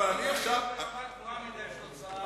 זאת רמה גבוהה מדי של הוצאה.